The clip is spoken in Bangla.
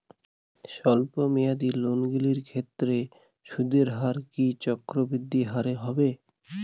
স্বল্প মেয়াদী লোনগুলির ক্ষেত্রে সুদের হার কি চক্রবৃদ্ধি হারে হবে?